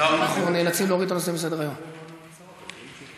אנחנו נאלצים להוריד את הנושא מסדר-היום, לצערי.